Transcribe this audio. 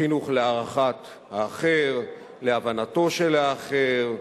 חינוך להערכת האחר, להבנתו של האחר,